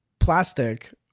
Plastic